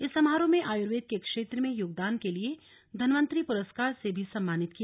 इस समारोह में आयुर्वेद के क्षेत्र में योगदान देने के लिए धनंवतरि पुरस्कार से भी सम्मानित किया